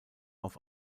auf